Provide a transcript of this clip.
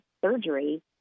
surgery